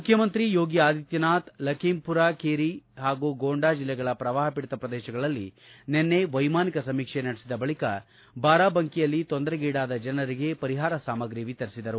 ಮುಖ್ಯಮಂತ್ರಿ ಯೋಗಿ ಆದಿತ್ತನಾಥ ಲಕಿಂಪುರಖೀರಿ ಹಾಗೂ ಗೊಂಡಾ ಜಿಲ್ಲೆಗಳ ಪ್ರವಾಹಪೀಡಿತ ಪ್ರದೇಶಗಳಲ್ಲಿ ನಿನ್ನೆ ವೈಮಾನಿಕ ಸಮೀಕ್ಷೆ ನಡೆಸಿದ ಬಳಕ ಬಾರಾಬಂಕಿಯಲ್ಲಿ ತೊಂದರೆಗೀಡಾದ ಜನರಿಗೆ ಪರಿಹಾರ ಸಾಮಗ್ರಿ ವಿತರಿಸಿದರು